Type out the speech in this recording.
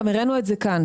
גם הראינו את זה כאן,